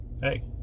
hey